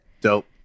Dope